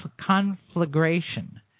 conflagration